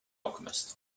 alchemist